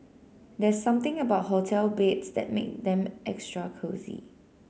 there's something about hotel beds that make them extra cosy